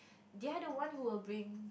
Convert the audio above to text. the other one who will bring